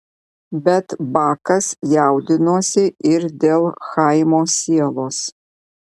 bet bakas jaudinosi ir dėl chaimo sielos